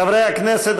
חברי הכנסת,